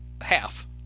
half